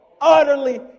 utterly